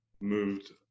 moved